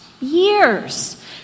Years